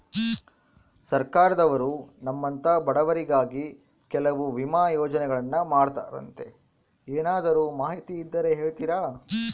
ಸರ್ಕಾರದವರು ನಮ್ಮಂಥ ಬಡವರಿಗಾಗಿ ಕೆಲವು ವಿಮಾ ಯೋಜನೆಗಳನ್ನ ಮಾಡ್ತಾರಂತೆ ಏನಾದರೂ ಮಾಹಿತಿ ಇದ್ದರೆ ಹೇಳ್ತೇರಾ?